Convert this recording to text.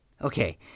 Okay